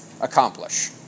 accomplish